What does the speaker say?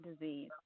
disease